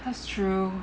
that's true